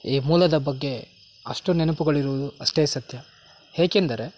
ಈ ಮೂಲದ ಬಗ್ಗೆ ಅಷ್ಟು ನೆನಪುಗಳಿರುವುದು ಅಷ್ಟೇ ಸತ್ಯ ಏಕೆಂದರೆ